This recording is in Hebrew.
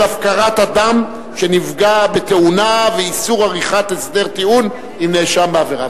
הפקרת אדם שנפגע בתאונה ואיסור עריכת הסדר טיעון עם הנאשם בעבירה),